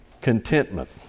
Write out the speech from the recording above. contentment